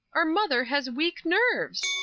our mother has weak nerves!